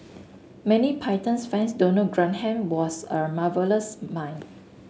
many Python fans don't know Graham was a marvellous mime